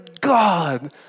God